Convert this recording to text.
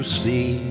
see